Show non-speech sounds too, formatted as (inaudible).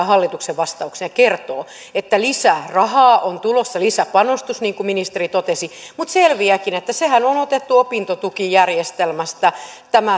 (unintelligible) hallituksen vastauksen ja kertoo että lisää rahaa on tulossa lisäpanostus niin kuin ministeri totesi mutta selviääkin että tämä rahahan on otettu opintotukijärjestelmästä